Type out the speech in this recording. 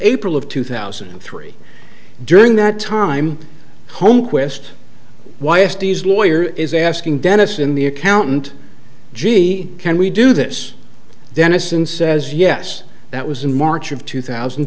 april of two thousand and three during that time home quest y s d's lawyer is asking dennis in the accountant gee can we do this then s and says yes that was in march of two thousand